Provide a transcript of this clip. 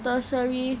tertiary